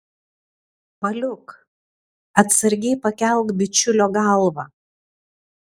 paliuk atsargiai pakelk bičiulio galvą